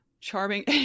Charming